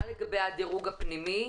מה לגבי הדירוג הפנימי,